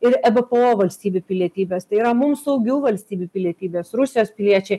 ir e v p o valstybių pilietybės tai yra mums saugių valstybių pilietybes rusijos piliečiai